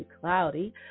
cloudy